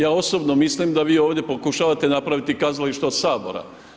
Ja osobno mislim da vi ovdje pokušavate napraviti kazalište od Sabora.